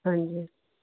ਹਾਂਜੀ